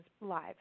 live